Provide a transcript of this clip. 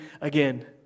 again